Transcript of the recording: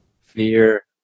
fear